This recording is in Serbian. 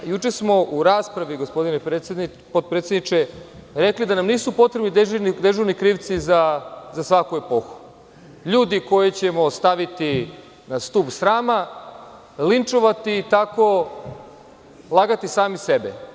Juče smo u raspravi, gospodine potpredsedniče, rekli da nam nisu potrebni dežurni krivci za svaku epohu, ljudi koje ćemo staviti na stub srama, linčovati i tako lagati sami sebe.